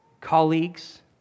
colleagues